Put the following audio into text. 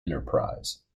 enterprise